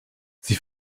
sie